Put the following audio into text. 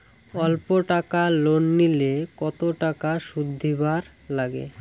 অল্প টাকা লোন নিলে কতো টাকা শুধ দিবার লাগে?